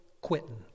quitting